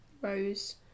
rose